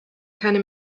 keine